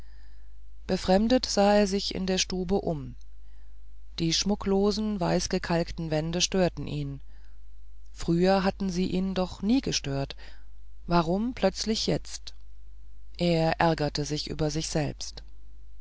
befremdet sah er sich in der stube um die schmucklosen weißgekalkten wände störten ihn früher hatten sie ihn doch nie gestört warum plötzlich jetzt er ärgerte sich über sich selbst